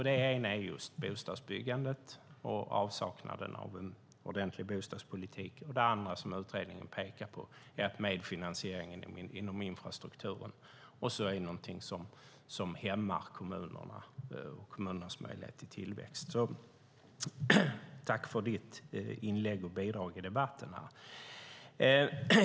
Det ena är just bostadsbyggandet och avsaknaden av en ordentlig bostadspolitik, och det andra som utredningen pekar på är att medfinansieringen inom infrastrukturen också är något som hämmar kommunerna och kommunernas möjlighet till tillväxt. Tack för ditt inlägg och bidrag i debatten!